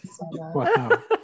wow